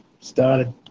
started